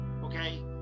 okay